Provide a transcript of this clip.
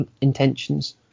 intentions